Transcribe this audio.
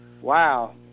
Wow